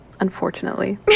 Unfortunately